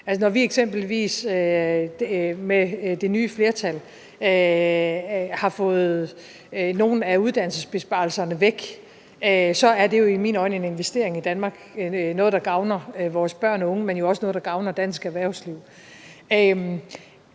Når vi eksempelvis med det nye flertal har fået nogle af uddannelsesbesparelserne væk, er det jo i mine øjne en investering i Danmark, altså noget, der gavner vores børn og unge, men jo også noget, der gavner dansk erhvervsliv.